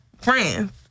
friends